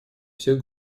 всех